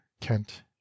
Kent